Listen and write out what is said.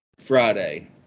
Friday